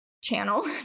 channel